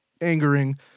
angering